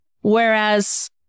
Whereas